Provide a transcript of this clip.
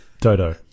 Dodo